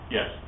Yes